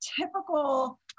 Typical